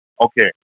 Okay